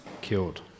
killed